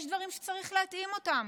יש דברים שצריך להתאים אותם.